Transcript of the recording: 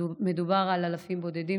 מדובר על אלפים בודדים,